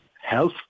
health